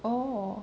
oh